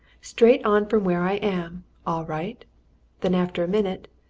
straight on from where i am all right then after a minute,